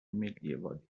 والیبال